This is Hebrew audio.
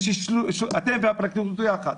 הפרקליטות אתם והפרקליטות יחד,